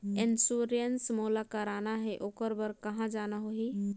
Insurance मोला कराना हे ओकर बार कहा जाना होही?